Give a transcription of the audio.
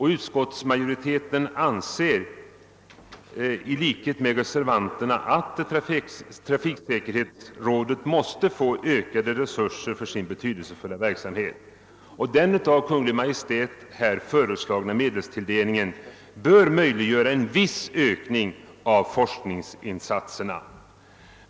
I likhet med reservanterna har utskottsmajoriteten ansett att trafiksäkerhetsrådet måste få ökade resurser för sitt betydelsefulla arbete, och den av Kungl. Maj:t föreslagna medelstilldelningen bör möjliggöra en viss ökning av forskningsinsatserna.